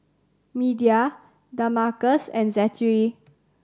Media Damarcus and Zachery